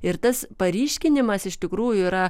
ir tas paryškinimas iš tikrųjų yra